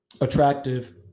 attractive